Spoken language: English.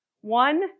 One